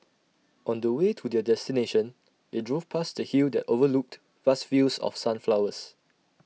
on the way to their destination they drove past A hill that overlooked vast fields of sunflowers